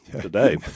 today